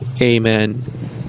Amen